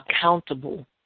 accountable